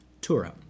Tura